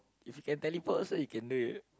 if you can teleport also you can do it